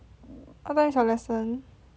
what time is your lesson